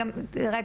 כן, בבקשה.